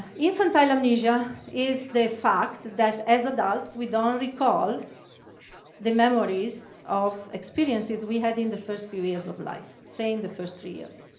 infantile amnesia is the fact that as adults we don't recall the memories of experiences we had in the first few years of life, say in the first three years.